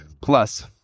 Plus